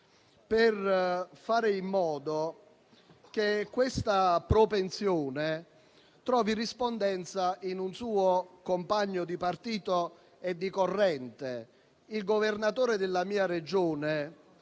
per fare in modo che questa propensione trovi rispondenza in un suo compagno di partito e di corrente, il governatore della mia Regione,